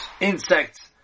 insects